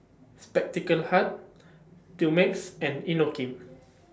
Spectacle Hut Dumex and Inokim